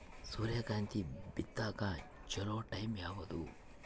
ಸೂರ್ಯಕಾಂತಿ ಬಿತ್ತಕ ಚೋಲೊ ಟೈಂ ಯಾವುದು?